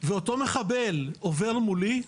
ואותו מחבל עובר מולי,